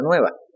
nueva